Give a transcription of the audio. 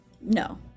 No